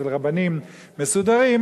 אצל רבנים מסודרים,